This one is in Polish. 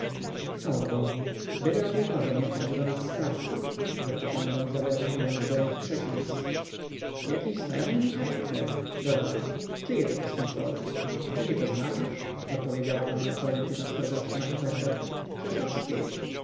chwała bogu byle o tej porze nie wpadł do nas starski rzekła panna izabela biorąc do ręki trzeci list jakiś znajomy mi charakter dodała czyje to pismo floro czy nie poznajesz odpowiedziała panna florentyna spojrzawszy na kopertę krzeszowskiej